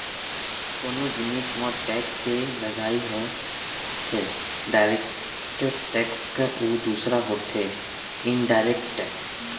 कोनो जिनिस म टेक्स के लगई ह होथे डायरेक्ट टेक्स अउ दूसर होथे इनडायरेक्ट टेक्स